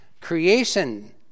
Creation